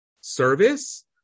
service